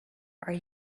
are